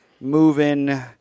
moving